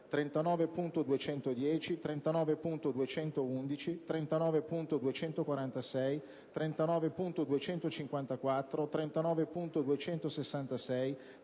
39.210, 39.211, 39.246, 39.254, 39.266,